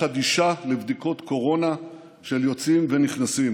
חדישה לבדיקות קורונה של יוצאים ונכנסים.